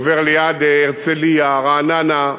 עובר ליד הרצלייה, רעננה,